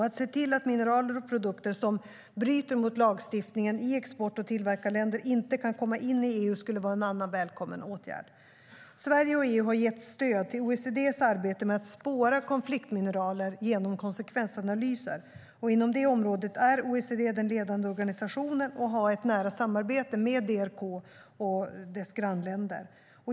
Att se till att mineraler och produkter som bryter mot lagstiftningen i export och tillverkarländer inte kan komma in i EU skulle vara en annan välkommen åtgärd. Sverige och EU har gett stöd till OECD:s arbete med att spåra konfliktmineraler genom konsekvensanalyser. Inom detta område är OECD den ledande organisationen och har ett nära samarbete med DRK och dess grannländer.